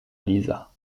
liza